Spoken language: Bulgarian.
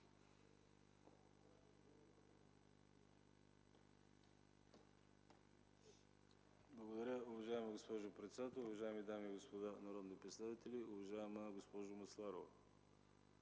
Благодаря Ви, уважаеми господин председател. Уважаеми дами и господа народни представители! Уважаема госпожо Масларова,